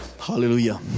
Hallelujah